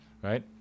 Right